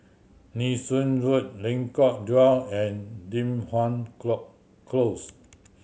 Nee Soon Road Lengkok Dua and Li Hwan Close